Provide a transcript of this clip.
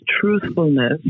truthfulness